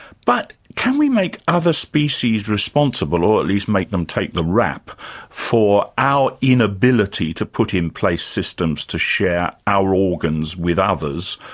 but, can we make other species responsible, or at least make them take the rap for our inability to put in place systems to share our organs with others,